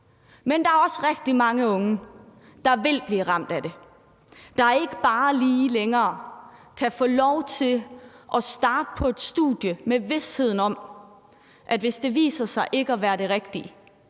Men der er også rigtig mange unge, der vil blive ramt af det; de kan ikke længere bare kan få lov til at starte på et studie med visheden om, at hvis det viser sig ikke at være det rigtige,